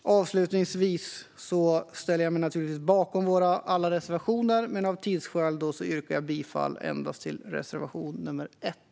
Avslutningsvis ställer jag mig naturligtvis bakom alla våra reservationer, men av tidsskäl yrkar jag bifall endast till reservation nr 1.